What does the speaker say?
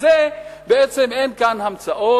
בעצם, אין כאן המצאות.